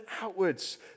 outwards